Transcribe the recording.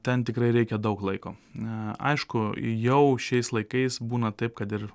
ten tikrai reikia daug laiko na aišku jau šiais laikais būna taip kad ir